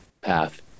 path